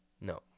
No